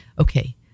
okay